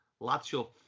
Lazio